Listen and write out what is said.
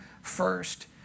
first